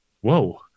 Whoa